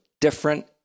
different